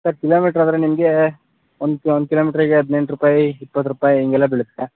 sir kilometre ಆದರೆ ನಿಮಗೆ ಒಂದು ಒಂದು ಕಿಲೋಮೀಟ್ರಿಗೆ ಹದಿನೆಂಟು ರೂಪಾಯಿ ಇಪ್ಪತ್ತು ರೂಪಾಯಿ ಹೀಗೆಲ್ಲ ಬೀಳುತ್ತೆ